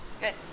Good